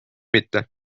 mitte